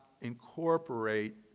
incorporate